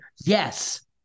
Yes